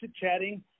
chatting